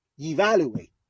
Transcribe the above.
evaluate